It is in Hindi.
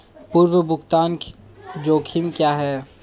पूर्व भुगतान जोखिम क्या हैं?